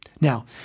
Now